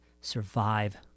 survive